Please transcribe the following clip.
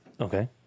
Okay